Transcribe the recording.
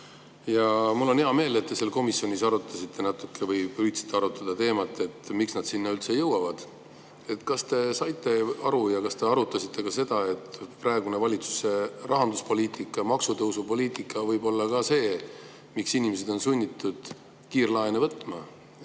Mul on hea meel, et te seal komisjonis natuke arutasite või püüdsite arutada teemat, miks nad sinna üldse jõuavad. Kas te saite aru ja kas te arutasite ka, et praegune valitsuse rahanduspoliitika ja maksutõusupoliitika võib olla [põhjus], miks inimesed on sunnitud kiirlaene võtma?